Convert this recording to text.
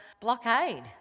blockade